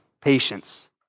Patience